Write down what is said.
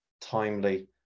timely